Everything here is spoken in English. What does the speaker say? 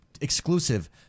exclusive